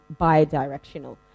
bidirectional